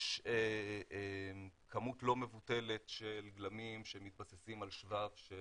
יש כמות לא מבוטלת של גלמים שמתבססים על שבב של